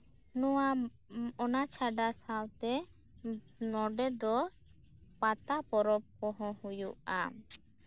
ᱱᱚᱣᱟ ᱚᱱᱟ ᱪᱷᱟᱰᱟ ᱥᱟᱶᱛᱮ ᱱᱚᱸᱰᱮ ᱫᱚ ᱯᱟᱛᱟ ᱯᱚᱨᱚᱵ ᱠᱚᱦᱚᱸ ᱦᱩᱭᱩᱜᱼᱟ